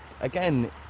again